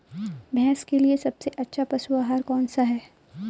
भैंस के लिए सबसे अच्छा पशु आहार कौन सा है?